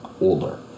older